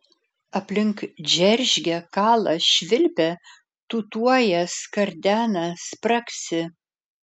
aplink džeržgia kala švilpia tūtuoja skardena spragsi